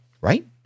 Right